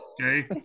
Okay